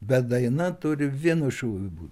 bet daina turi vienu šūviu būt